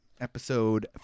episode